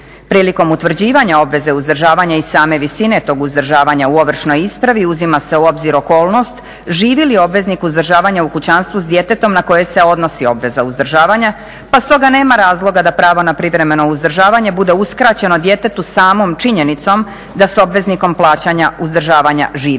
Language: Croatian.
Prilikom utvrđivanja obveze uzdržavanja i same visine tog uzdržavanja u ovršnoj ispravi uzima se u obzir okolnost živi li obveznik uzdržavanja u kućanstvu na koje se odnosi obveza uzdržavanja pa stoga nema razloga da pravo na privremeno uzdržavanje bude uskraćeno djetetu samom činjenicom da s obveznikom plaćanja uzdržavanja živi